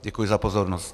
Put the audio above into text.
Děkuji za pozornost.